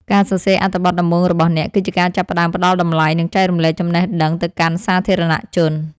ការសរសេរអត្ថបទដំបូងរបស់អ្នក គឺជាការចាប់ផ្ដើមផ្ដល់តម្លៃ និងចែករំលែកចំណេះដឹងទៅកាន់សាធារណជន។